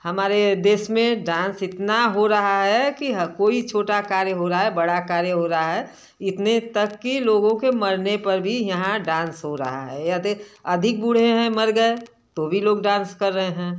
हमारे देश में डांस इतना हो रहा है कि हर कोई छोटा कार्य हो रहा है बड़ा कार्य हो रहा है इतने तक कि लोगों के मरने पर भी यहाँ डांस हो रहा है यदि अधिक बूढ़े हैं मर गए तो भी लोग डांस कर रहे हैं